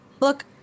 Look